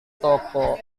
toko